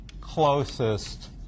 closest